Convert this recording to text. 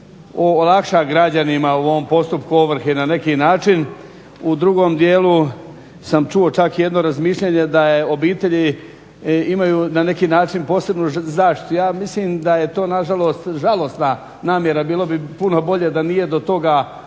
olakša građanima u ovom postupku ovrhe na neki način, u drugom djelu sam čuo čak jedno razmišljanje da obitelji imaju na neki način posebnu zaštitu. Ja mislim da je to nažalost žalosna namjera, bilo bi puno bolje da nije do toga došlo,